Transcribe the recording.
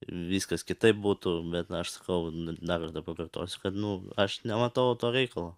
viskas kitaip būtų bet na aš sakau n ne pakartosiu kad nu aš nematau to reikalo